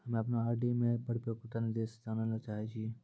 हम्मे अपनो आर.डी मे अपनो परिपक्वता निर्देश जानै ले चाहै छियै